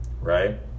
right